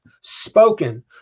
spoken